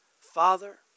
Father